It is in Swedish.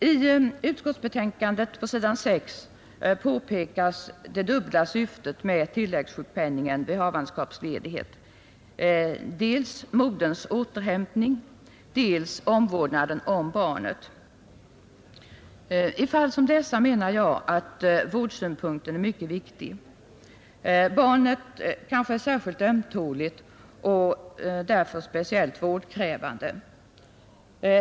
I utskottsbetänkandet på s. 6 påpekas det dubbla syftet med tilläggssjukpenningen vid havandeskapsledighet — dels moderns återhämtning, dels omvårdnaden om barnet. I fall som dessa, menar jag, är vårdsynpunkten mycket viktig. Barnet kanske är särskilt ömtåligt och därför speciellt vårdkrävande.